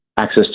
access